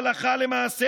הלכה למעשה,